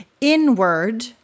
inward